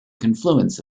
confluence